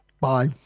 Bye